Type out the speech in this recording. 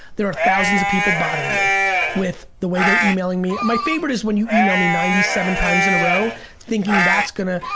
there are thousands of people bothering me with the way they're emailing me. my favorite is when you email me ninety seven times in a row thinking that's gonna,